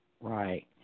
Right